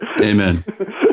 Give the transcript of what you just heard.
Amen